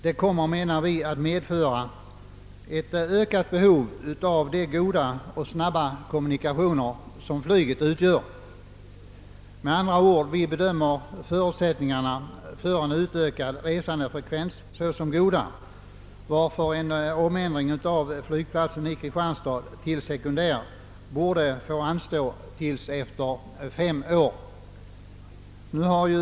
Detta kommer att medföra ett ökat behov äv sådana goda och snabba kommunikationer som flyget utgör. Vi bedömer med andra ord förutsättningarna för en utökad resandefrekvens såsom goda, varför ett överförande av flygplatsen till sekundärflygplats borde få anstå under ytterligare fem år.